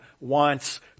wants